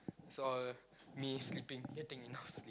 so uh me sleeping getting enough sleep